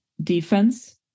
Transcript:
defense